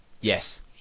yes